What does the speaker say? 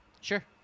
sure